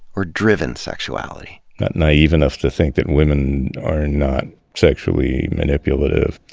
or driven sexuality. not naive enough to think that women are not sexually manipulative.